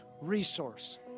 resource